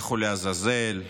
לכו לעזאזל,